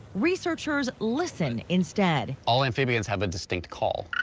researchers listen instead. all amphibians have a distinct call.